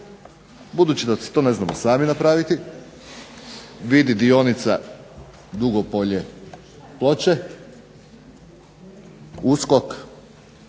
Budući da si to ne znamo sami napraviti vid dionica Dugopolje – Ploče USKOK